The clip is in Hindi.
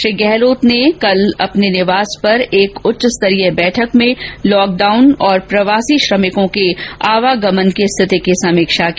श्री गहलोत कल अपने निवास पर एक उच्च स्तरीय बैठक में लॉकडाउन और प्रवासी श्रमिकों के आवागमन की स्थिति की समीक्षा की